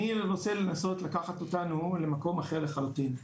אני רוצה לנסות לקחת אותנו למקום אחר לחלוטין.